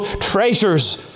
treasures